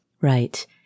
Right